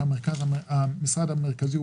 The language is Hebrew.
כאשר המשרד המרכזי הוא